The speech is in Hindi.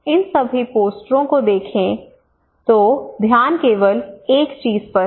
इन सभी पोस्टरों को देखें तो ध्यान केवल एक चीज पर है